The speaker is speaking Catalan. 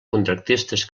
contractistes